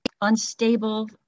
unstable